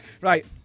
Right